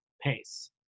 pace